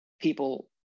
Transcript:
people